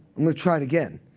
i'm going to try it again.